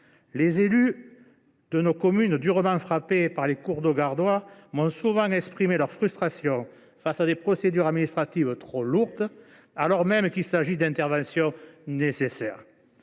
Les élus de nos communes durement frappées par les cours d’eau gardois m’ont souvent fait part de leur frustration face à des procédures administratives trop lourdes, alors même qu’il s’agit d’interventions nécessaires.